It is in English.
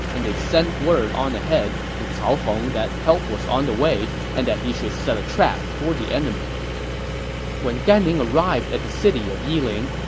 and they sent word on ahead to cao hong that help was on the way and that he should set a trap for the enemy when gan ning arrived at the city of yiling,